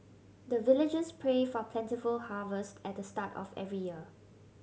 the villagers pray for plentiful harvest at the start of every year